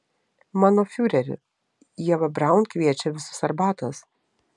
mano fiureri ieva braun kviečia visus arbatos